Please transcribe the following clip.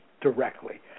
directly